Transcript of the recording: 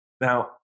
Now